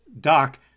doc